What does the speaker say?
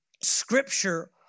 scripture